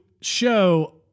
show